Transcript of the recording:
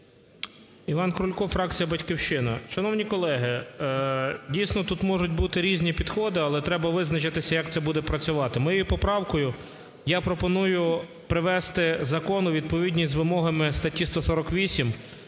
Іван Крулько, фракція "Батьківщина". Шановні колеги, дійсно тут можуть бути різні підходи, але треба визначитися, як це буде працювати. Моєю поправкою я пропоную привести закон у відповідність з вимогами статті 148